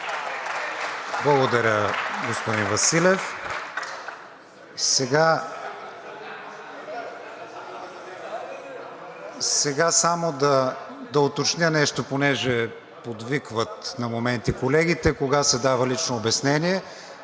Благодаря, господин Василев. Сега само да уточня нещо, понеже подвикват на моменти колегите, кога се дава лично обяснение.